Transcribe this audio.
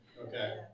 Okay